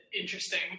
interesting